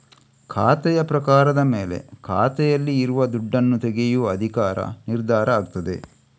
ಖಾತೆಯ ಪ್ರಕಾರದ ಮೇಲೆ ಖಾತೆಯಲ್ಲಿ ಇರುವ ದುಡ್ಡನ್ನ ತೆಗೆಯುವ ಅಧಿಕಾರ ನಿರ್ಧಾರ ಆಗ್ತದೆ